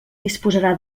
disposarà